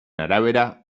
arabera